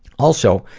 also,